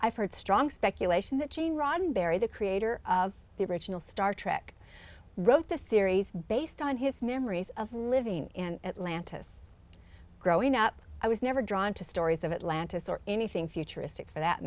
i've heard strong speculation that gene roddenberry the creator of the original star trek wrote the series based on his memories of living in atlanta growing up i was never drawn to stories of atlantis or anything futuristic for that